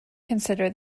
consider